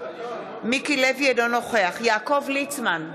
אינו נוכח יעקב ליצמן,